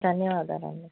ధన్యవాదాలండి